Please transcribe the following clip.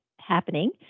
happening